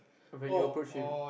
when you approach him